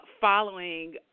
following